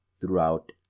throughout